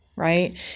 right